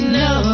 no